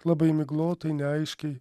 labai miglotai neaiškiai